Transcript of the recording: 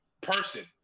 person